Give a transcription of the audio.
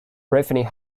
briefly